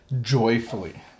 joyfully